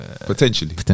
Potentially